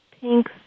pink